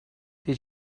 did